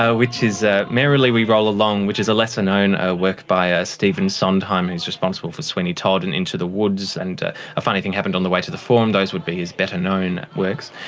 ah which is ah merrily we roll along which is a lesser-known ah work by ah stephen sondheim who and is responsible for sweeney todd and into the woods and a funny thing happened on the way to the forum, those would be his better-known works.